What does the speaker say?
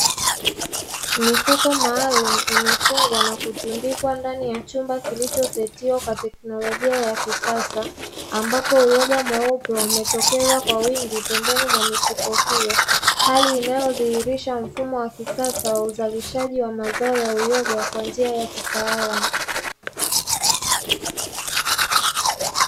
Mifumo maalumu imefungwa na kutundikwa ndani ya chumba kilichosekiwa kwa teknolojia ya kisasa, ambapo uyoga maovu ya umetokeza kwa wingi pembeni mwa mifuko hiyo, hali inayodhihirisha mfumo wa kisasa wa uzalishaji wa mazao ya uyoga kwa njia ya kitaalamu.